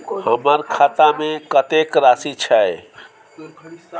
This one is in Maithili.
हमर खाता में कतेक राशि छै?